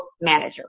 manager